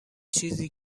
چیزی